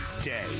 day